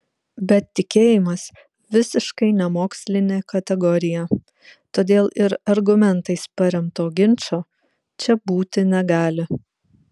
bet tikėjimas visiškai nemokslinė kategorija todėl ir argumentais paremto ginčo čia būti negali